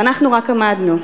ואנחנו רק עמדנו,